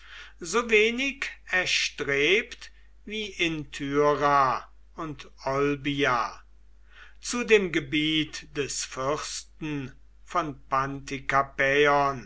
so wenig erstrebt wie in tyra und olbia zu dem gebiet des fürsten von